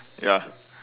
ya